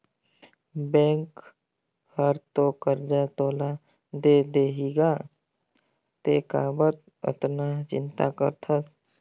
bank हर तो करजा तोला दे देहीगा तें काबर अतना चिंता करथस